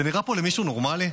זה נראה פה למישהו נורמלי?